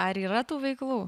ar yra tų veiklų